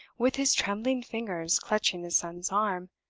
with his trembling fingers clutching his son's arm.